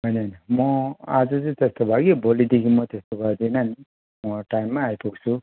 होइन होइन म आज चाहिँ त्यस्तो भयो कि भोलिदेखि म त्यस्तो गर्दिनँ नि म टाइममै आइपुग्छु